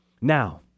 Now